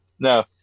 No